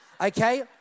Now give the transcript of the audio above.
Okay